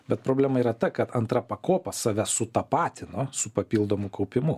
bet problema yra ta kad antra pakopa save sutapatino su papildomu kaupimu